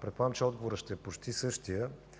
Предполагам, че отговорът ще е почти същият.